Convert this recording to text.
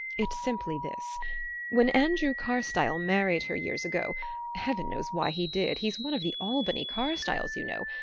it's simply this when andrew carstyle married her years ago heaven knows why he did he's one of the albany carstyles, you know,